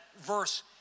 verse